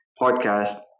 podcast